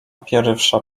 pierwsza